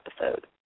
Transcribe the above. episode